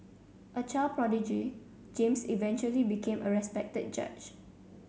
a child prodigy James eventually became a respected judge